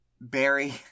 Barry